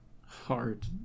hard